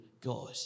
God